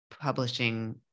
publishing